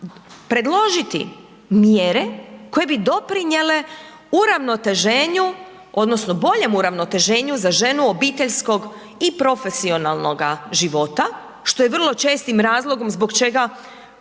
predložiti mjere koje bi doprinjele uravnoteženju odnosno boljem uravnoteženju za ženu obiteljskog i profesionalnoga života, što je vrlo čestim razlogom zbog čega